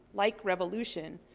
like revolution,